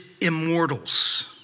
immortals